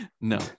no